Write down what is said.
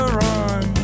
run